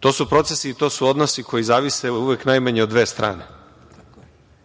To su procesi i to su odnosi koji zavise uvek najmanje od dve strane. Gde